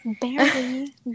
Barely